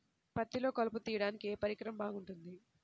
పత్తిలో కలుపు తీయడానికి ఏ పరికరం బాగుంటుంది?